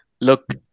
Look